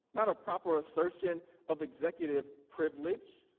not a proper assertion of executive privilege.